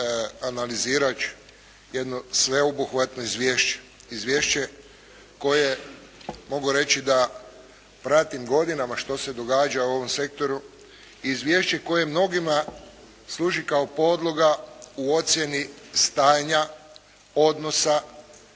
analizirajući jedno sveobuhvatno izvješće, izvješće koje mogu reći da pratim godinama što se događa u ovom sektoru, izvješće koje mnogima služi kao podloga u ocjeni stanja odnosa